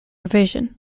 revision